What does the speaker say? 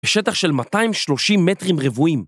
בשטח של 230 מטרים רבועים.